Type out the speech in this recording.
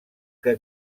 que